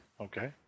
Okay